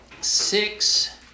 six